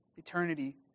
Eternity